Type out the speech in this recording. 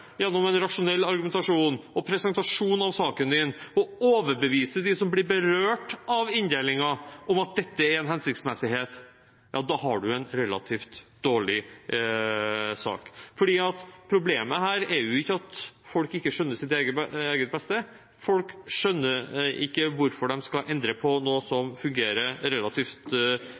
gjennom en rasjonell argumentasjon og presentasjon av saken å overbevise dem som blir berørt av inndelingen, om at dette er hensiktsmessig, da har man en relativt dårlig sak. Problemet her er jo ikke at folk ikke skjønner sitt eget beste. Folk skjønner ikke hvorfor de skal endre på noe som fungerer relativt